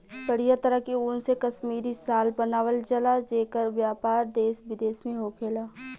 बढ़िया तरह के ऊन से कश्मीरी शाल बनावल जला जेकर व्यापार देश विदेश में होखेला